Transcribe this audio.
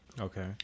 Okay